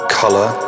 color